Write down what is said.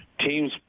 teams